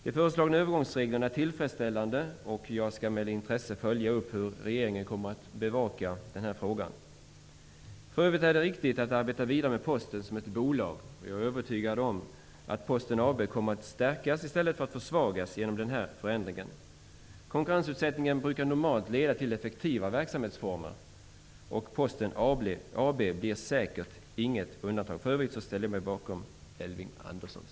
De föreslagna övergångsreglerna är tillfredsställande, och jag skall med intresse följa hur regeringen bevakar frågan. För övrigt är det riktigt att arbeta vidare med Posten som ett bolag, och jag är övertygad om att Posten AB kommer att stärkas i stället för att försvagas genom den här förändringen. Konkurrensutsättning brukar normalt leda till effektiva verksamhetsformer, och Posten AB blir säkert inget undantag. För övrigt ställer jag mig bakom det Elving